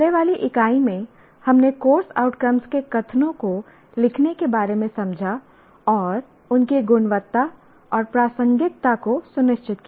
पहले वाली इकाई में हमने कोर्स आउटकम्स के कथनों को लिखने के बारे में समझा और उनकी गुणवत्ता और प्रासंगिकता को सुनिश्चित किया